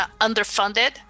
underfunded